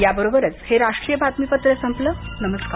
याबरोबरच हे राष्ट्रीय बातमीपत्र संपलं नमस्कार